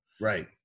Right